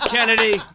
Kennedy